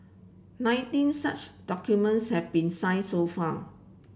nineteen such documents have been signed so far